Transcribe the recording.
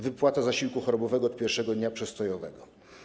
Wypłata zasiłku chorobowego od pierwszego dnia przestojowego.